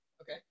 okay